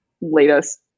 latest